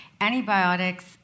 antibiotics